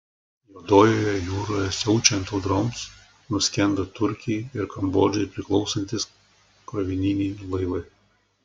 juodojoje jūroje siaučiant audroms nuskendo turkijai ir kambodžai priklausantys krovininiai laivai